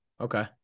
okay